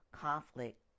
conflict